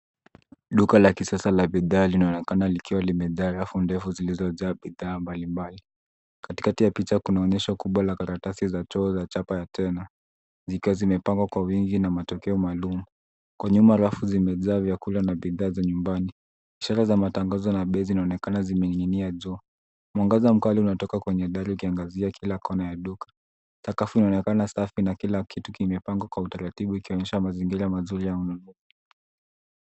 Duka la kisasa la bidhaa linaonekana likiwa limejaa rafu ndefu zilizojaa bidhaa mbalimbali. Katikati ya picha kunaonyesha ukubwa la karatasi za choo za chapa ya tena zikiwa zimepangwa kwa wingi na matokeo maalum. Kwa nyuma rafu zimejaa vyakula na bidhaa za nyumbani. Ishara za matangazo na bei zinaonekana zimening'inia juu. Mwangaza mkali unatoka kwenye dari ukiangazia kila kona ya duka. Sakafu inaonekana safi na kila kitu kimepangwa kwa utaratibu ikionyesha mazingira mazuri ya ununuzi.